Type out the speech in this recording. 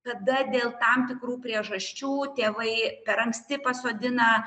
tada dėl tam tikrų priežasčių tėvai per anksti pasodina